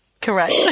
correct